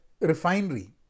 refinery